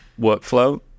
workflow